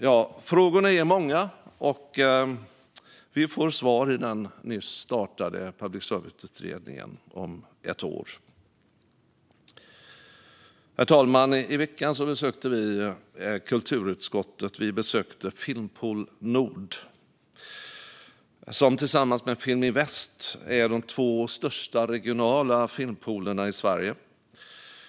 Frågorna är många, och jag hoppas att den nystartade utredningen ger oss svaren om ett år. Herr talman! I veckan besökte kulturutskottet Filmpool Nord, som tillsammans med Film i Väst är de två största regionala filmpoolerna i Sverige.